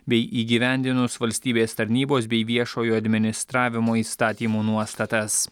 bei įgyvendinus valstybės tarnybos bei viešojo administravimo įstatymų nuostatas